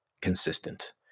consistent